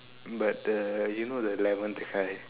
but the you know the eleventh guy